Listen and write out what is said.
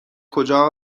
کجا